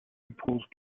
impulse